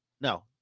no